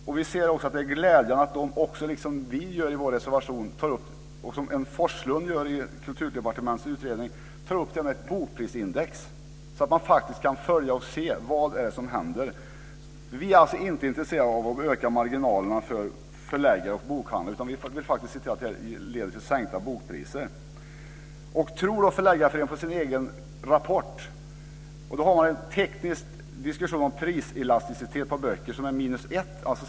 Vi ser det också som glädjande att de liksom vi gör i vår reservation, och som John Erik Forslund gör i Kulturdepartementets utredning, tar upp detta med ett bokprisindex, så att man kan följa med och se vad som händer. Vi är alltså inte intresserade av att öka marginalerna för förläggare och bokhandlare. Vi vill se att detta faktiskt leder till sänkta bokpriser. Tror då Förläggareföreningen på sin egen rapport? Man har en teknisk diskussion om priselasticiteten på böcker, som är 1.